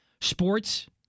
Sports